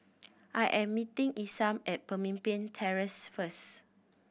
I am meeting Isam at Pemimpin Terrace first